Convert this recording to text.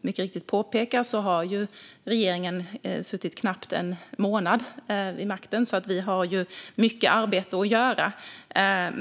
mycket riktigt påpekar har ju regeringen suttit vid makten i knappt en månad, och vi har mycket arbete att göra.